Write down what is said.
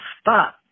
stop